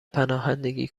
پناهندگی